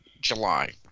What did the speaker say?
July